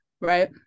Right